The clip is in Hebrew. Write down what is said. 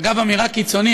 אגב האמירה "קיצוני",